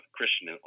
Christian